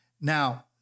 Now